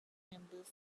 members